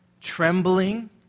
trembling